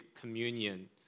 communion